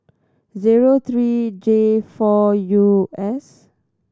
zero three J four U S